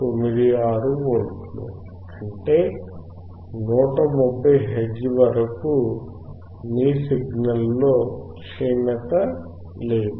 96 వోల్ట్లు అంటే 150 హెర్ట్జ్ వరకు మీ సిగ్నల్లో క్షీణత లేదు